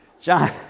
John